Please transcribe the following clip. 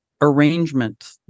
arrangement